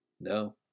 No